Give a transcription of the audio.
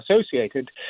associated